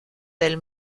del